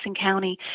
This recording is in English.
County